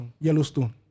Yellowstone